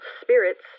spirits